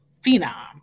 phenom